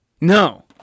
No